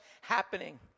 happening